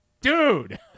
Dude